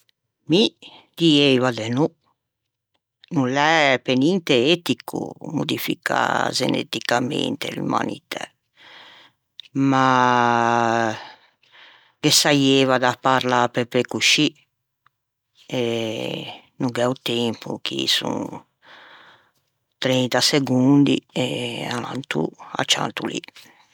mi dieiva de no, no l'é pe ninte etico modificâ zeneticamente l'umanitæ ma ghe saieiva da prlâ pe pe coscì e no gh'é o tempo chì son trenta segondi e alantô a cianto lì